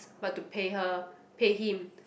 but to pay her pay him